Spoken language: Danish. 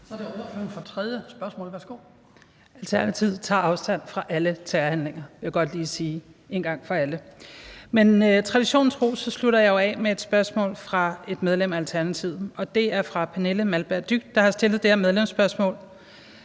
Kl. 14:34 Franciska Rosenkilde (ALT): Alternativet tager afstand fra alle terrorhandlinger. Det vil jeg godt lige sige en gang for alle. Men traditionen tro slutter jeg af med et spørgsmål fra et medlem af Alternativet, og det er fra Pernille Malberg Dyg, der har stillet det her medlemsspørgsmål.